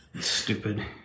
Stupid